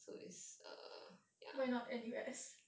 why not N_U_S